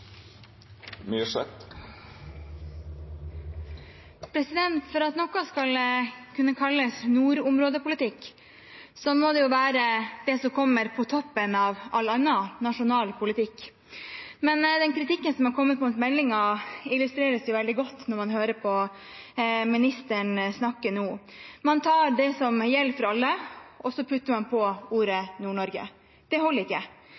jo være det som kommer på toppen av all annen nasjonal politikk. Men den kritikken som er kommet av meldingen, illustreres veldig godt når man hører ministeren snakke nå. Man tar det som gjelder for alle, og så putter man på ordet «Nord-Norge». Det holder ikke.